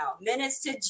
Minister